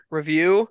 review